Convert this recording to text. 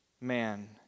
man